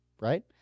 right